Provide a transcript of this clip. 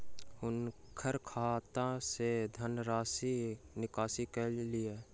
हुनकर खाता सॅ धनराशिक निकासी कय लिअ